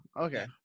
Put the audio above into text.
okay